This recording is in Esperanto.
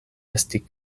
esti